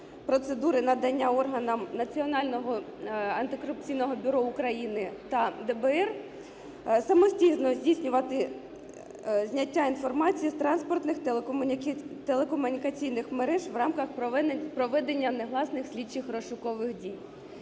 процедури надання органам Національного антикорупційного бюро України та ДБР самостійно здійснювати зняття інформації з транспортних телекомунікаційних мереж в рамках проведення негласних слідчих розшукових дій.